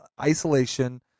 isolation